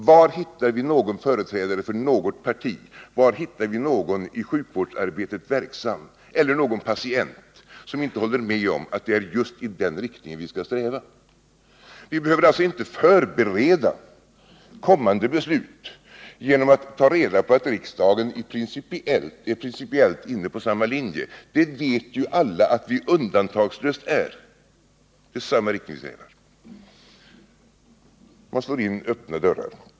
Var hittar vi någon företrädare för något parti, var hittar vi någon i sjukvårdsarbetet verksam eller någon patient som inte håller med om att det är just i den riktningen vi skall sträva? Vi behöver alltså inte förbereda kommande beslut genom att ta reda på att riksdagen principiellt är inne på samma linje. Det vet ju alla att vi undantagslöst är. Man slår in öppna dörrar.